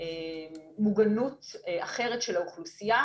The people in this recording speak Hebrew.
ומוגנות אחרת של האוכלוסייה,